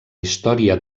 història